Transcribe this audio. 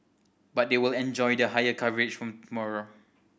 but they will enjoy the higher coverage from tomorrow